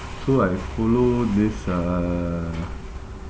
so I follow this uh